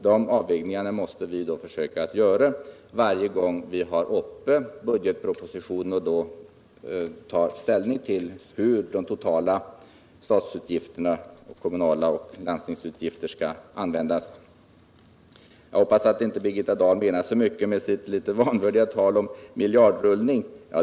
De avvägningarna måste vi försöka att göra varje gång vi har budgetpropositionen uppe och tar ställning till hur de totala statsutgifterna och kommunaloch landstingsutgifter skall fördelas. Jag hoppas att Birgitta Dahl inte menar så mycket med sitt litet vanvördiga tal om miljardrullning.